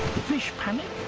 the fish panic